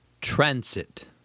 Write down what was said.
Transit